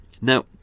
now